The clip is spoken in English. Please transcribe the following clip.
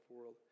world